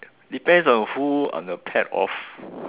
depends on who on are the pet of